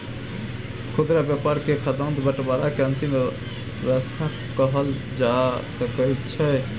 खुदरा व्यापार के खाद्यान्न बंटवारा के अंतिम अवस्था कहल जा सकइ छइ